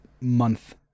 month